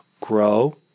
grow